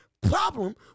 problem